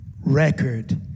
record